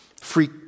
Free